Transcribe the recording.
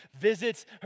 visits